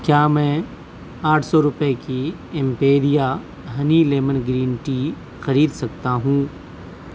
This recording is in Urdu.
کیا میں آٹھ سو روپے کی Imperia honey lemon green tea خرید سکتا ہوں